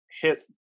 hit